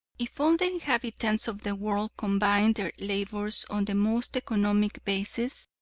if all the inhabitants of the world combined their labors on the most economic basis,